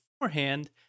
beforehand